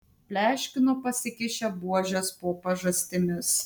pleškino pasikišę buožes po pažastimis